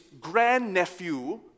grandnephew